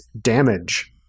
damage